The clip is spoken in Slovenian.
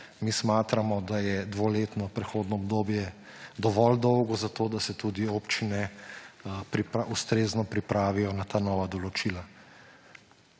Mi smatramo, da je dvoletno prehodno obdobje dovolj dolgo, zato da se tudi občine ustrezno pripravijo na ta nova določila.